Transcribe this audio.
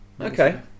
Okay